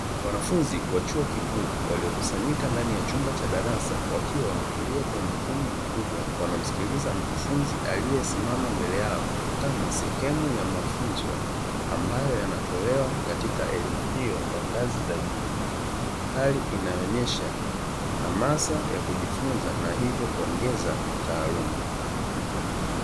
Wanafunzi wa chuo kikuu, waliokusanyika ndani ya chumba cha darasa wakiwa wametulia kwa makini mkubwa wanamsikiliza mkufunzi, aliyesimama mbele yao, kama sehemu ya mafunzo ambayo yanatolewa katika elimu hiyo ya ngazi za juu, hali inaonyesha hamasa ya kujifunza na hivyo kuongeza taaluma.